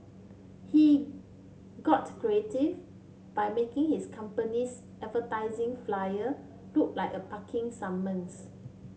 he got creative by making his company's advertising flyer look like a parking summons